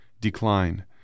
decline